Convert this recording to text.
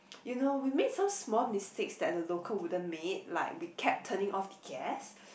you know we made some small mistakes that the local wouldn't make like we kept turning off the gas